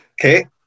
Okay